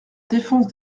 défense